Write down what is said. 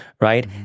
right